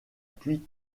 pluie